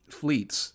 fleets